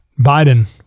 Biden